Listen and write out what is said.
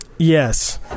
Yes